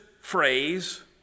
phrase